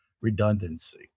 redundancy